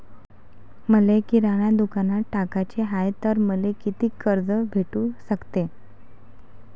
मले किराणा दुकानात टाकाचे हाय तर मले कितीक कर्ज भेटू सकते?